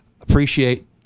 appreciate